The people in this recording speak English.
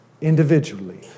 individually